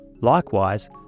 Likewise